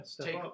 take